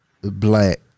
black